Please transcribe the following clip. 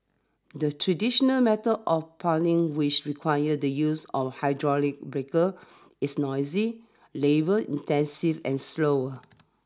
the traditional method of piling which requires the use of hydraulic breaker is noisy labour intensive and slower